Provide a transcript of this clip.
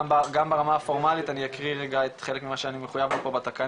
גם ברמה הפורמאלית אני אקריא רגע את מה שאני מחויב לו פה בתקנון,